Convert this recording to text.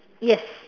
yes